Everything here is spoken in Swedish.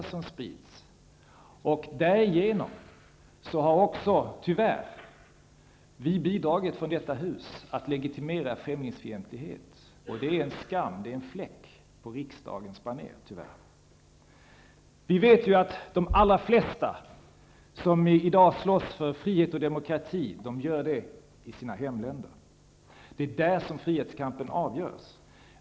Därigenom har också vi från detta hus tyvärr bidragit till att legitimera främlingsfientlighet, och det är en skam, det är fläck på riksdagens baner. Vi vet att de allra flesta som i dag slåss för frihet och demokrati gör det i sina hemländer. Det är där frihetskampen avgörs.